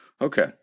Okay